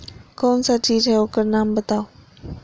कौन सा चीज है ओकर नाम बताऊ?